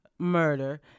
Murder